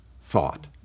thought